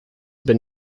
been